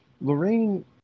Lorraine